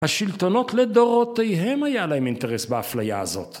השלטונות לדורותיהם היה להם אינטרס באפליה הזאת.